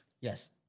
Yes